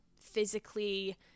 physically